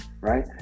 right